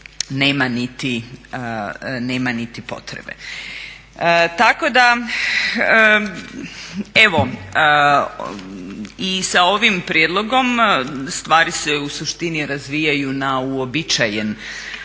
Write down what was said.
nema niti potrebe. Tako da, evo i sa ovim prijedlogom stvari se u suštini razvijaju na uobičajen